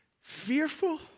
fearful